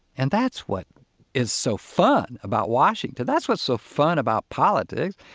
and that's what is so fun about washington. that's what's so fun about politics.